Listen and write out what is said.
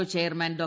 O chairman Dr